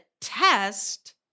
test